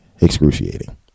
Excruciating